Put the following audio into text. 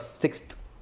sixth